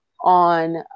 on